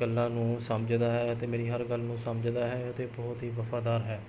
ਗੱਲਾਂ ਨੂੰ ਸਮਝਦਾ ਹੈ ਅਤੇ ਮੇਰੀ ਹਰ ਗੱਲ ਨੂੰ ਸਮਝਦਾ ਹੈ ਅਤੇ ਬਹੁਤ ਹੀ ਵਫ਼ਾਦਾਰ ਹੈ